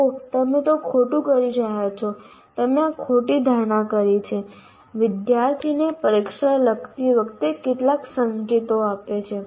ઓહ તમે તે ખોટું કરી રહ્યા છો તમે આ ખોટી ધારણા કરી છે વિદ્યાર્થીને પરીક્ષા લખતી વખતે કેટલાક સંકેતો આપે છે